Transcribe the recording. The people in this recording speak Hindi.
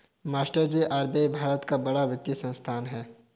मास्टरजी आर.बी.आई भारत का बड़ा वित्तीय संस्थान है